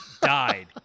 died